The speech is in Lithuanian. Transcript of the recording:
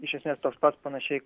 iš esmės toks pat panašiai